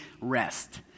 rest